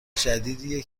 جدیدیه